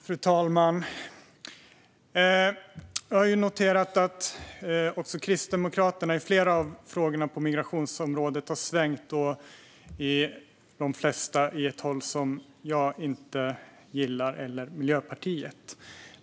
Fru talman! Jag har noterat att också Kristdemokraterna har svängt i flera frågor på migrationsområdet, i de flesta fall i en riktning som jag och Miljöpartiet inte gillar.